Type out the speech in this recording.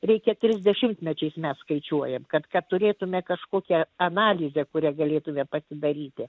reikia tris dešimtmečiais mes skaičiuojam kad kad turėtume kažkokią analizę kurią galėtume pasidaryti